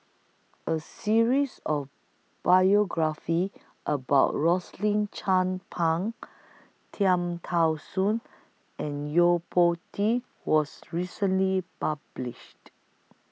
A series of biographies about Rosaline Chan Pang Cham Tao Soon and Yo Po Tee was recently published